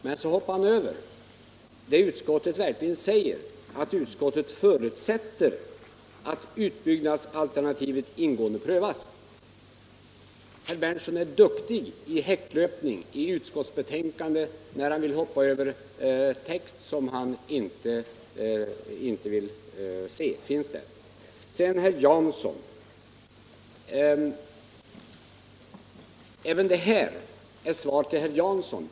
Sedan hoppar han över det utskottet verkligen säger: ”Utskottet förutsätter att ——— utbyggnadsalternativet ingående prövas ——--.” Herr Berndtson är duktig 47 Nr 41 i att bedriva häcklöpning i utskottsbetänkandet, när han hoppar över text som han inte vill se finns där. Detta är ett svar även till herr Jansson.